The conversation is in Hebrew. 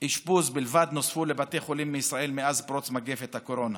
אשפוז נוספו לבתי חולים בישראל מאז פרוץ מגפת הקורונה.